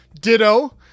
Ditto